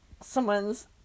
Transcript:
someone's